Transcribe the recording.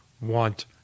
want